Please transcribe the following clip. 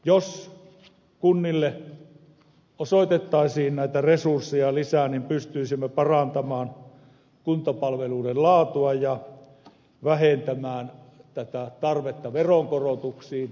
jos kunnille osoitettaisiin näitä resursseja lisää pystyisimme parantamaan kuntapalveluiden laatua ja vähentämään tätä tarvetta veronkorotuksiin